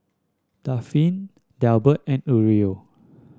Dafne Delbert and Aurelio